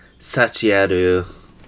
sachiaru